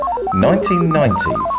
1990s